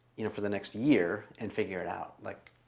you know for the next year and figure it out like